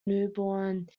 newborn